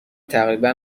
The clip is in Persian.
تقریبا